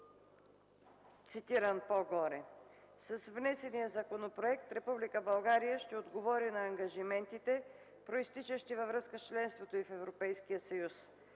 санкции. С внесения законопроект Република България ще отговори на ангажиментите, произтичащи във връзка с членството й в Европейския съюз.